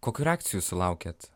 kokių reakcijų sulaukėt